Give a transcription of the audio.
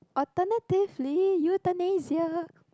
alternatively euthanasia